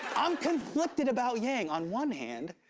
i'm conflicted about yang. on one hand,